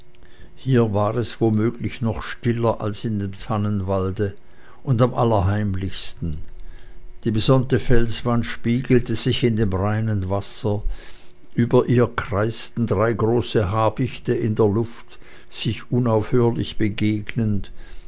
hier war es womöglich noch stiller als in dem tannenwalde und am allerheimlichsten die besonnte felswand spiegelte sich in dem reinen wasser über ihr kreisten drei große habichte in der luft sich unaufhörlich begegnend